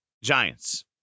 Giants